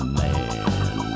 man